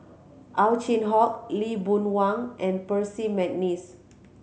Ow Chin Hock Lee Boon Wang and Percy McNeice